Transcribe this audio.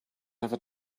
never